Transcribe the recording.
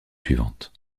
suivantes